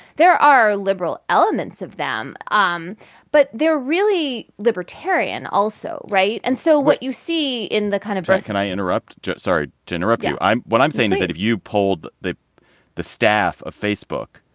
there are liberal elements of them. um but they're really libertarian also. right. and so what you see in the kind of can i interrupt? just sorry to interrupt you. yeah i'm what i'm saying is that if you polled the the staff of facebook,